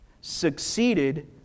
succeeded